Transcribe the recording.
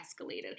escalated